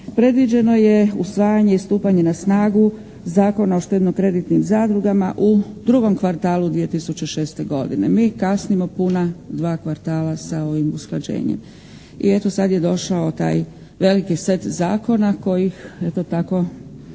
predviđeno je usvajanje i stupanje na snagu Zakona o štedno-kreditnim zadrugama u drugom kvartalu 2006. godine. Mi kasnimo puna dva kvartala sa ovim usklađenjem. I eto sad je došao taj veliki set zakona kojih eto tako